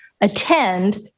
attend